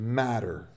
matter